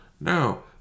Now